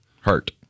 hurt